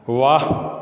वाह